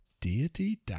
Deity